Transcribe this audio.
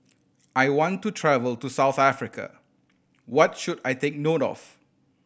I want to travel to South Africa what should I take note of